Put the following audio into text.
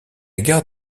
gare